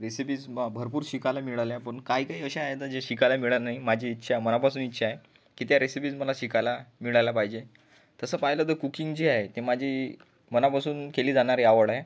recipes भरपूर शिकायला मिळाल्या पण काहीकाही अशा आहेत ज्या शिकायला मिळाल्या नाही माझी इच्छा आहे मनापासून इच्छा आहे की त्या रेसिपीज मला शिकायला मिळाल्या पाहिजे तसं पाहिलं तर कुकिंग जे आहे ते माझी मनापासून केली जाणारी आवड आहे